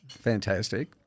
fantastic